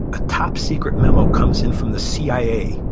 a top secret memo comes in from the cia,